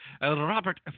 Robert